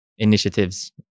initiatives